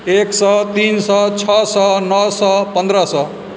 एक सए तीन सए छओ सए नौ सए पन्द्रह सए